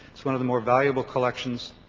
it's one of the more valuable collections,